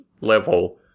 level